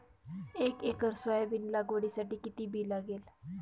एक acre soybean लागवडीसाठी किती बी लागेल?